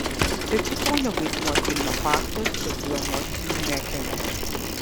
peciukonio vaidmuo filme faktas tokių emocijų nekelia